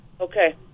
Okay